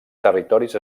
territoris